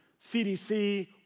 CDC